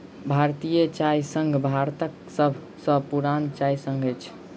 भारतीय चाय संघ भारतक सभ सॅ पुरान चाय संघ अछि